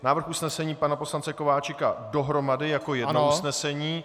Návrh usnesení pana poslance Kováčika dohromady jako jedno usnesení.